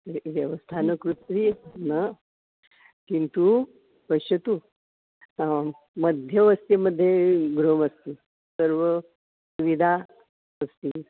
तर्हि व्यवस्था न कृतं तर्हि न किन्तु पश्यतु मध्यमस्य मध्ये गृहमस्ति सर्वं सुविधा अस्ति